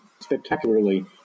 spectacularly